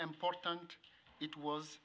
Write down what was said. important it was